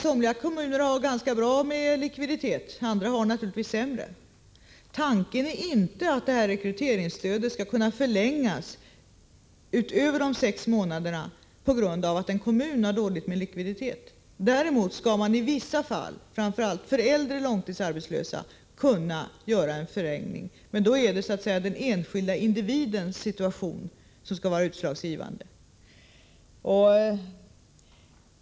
Somliga kommuner har en ganska bra likviditet, andra en sämre sådan. Tanken är inte att rekryteringsstödet skall kunna förlängas utöver de sex månaderna på grund av att en kommun har dålig likviditet. Däremot skall man i vissa fall, framför allt för äldre långtidsarbetslösa, kunna medge en förlängning, men då skall den enskilde individens situation vara utslagsgivan de.